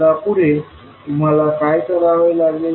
आता पुढे तुम्हाला काय करावे लागेल